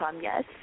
yes